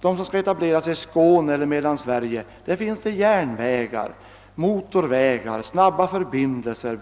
De som skall etablera sig i Skåne eller Mellansverige har fått vägar, motorvägar, snabba förbindelser,